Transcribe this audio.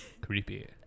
creepy